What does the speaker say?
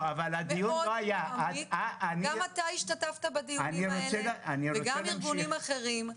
הדיון לא היה -- גם אתה השתתפת בדיונים האלה וגם ארגונים אחרים.